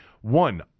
One